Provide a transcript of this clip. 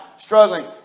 Struggling